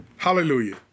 Hallelujah